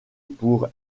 pour